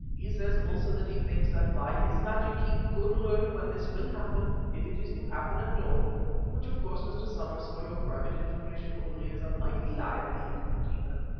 he says also that he thinks that by his magic he could learn when this will happen if it is to happen at all which of course, mr. somers, for your private information only, is a mighty lie of the ignorant heathen.